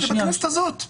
זה בכנסת הזאת.